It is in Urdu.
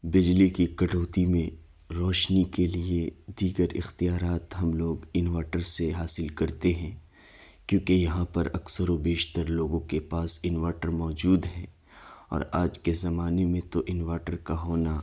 بجلی کی کٹوتی میں روشنی کے لیے دیگر اختیارات ہم لوگ انویٹر سے حاصل کرتے ہیں کیونکہ یہاں پر اکثر و بیشتر لوگوں کے پاس انویٹر موجود ہے اور آج کے زمانے میں تو انویٹر کا ہونا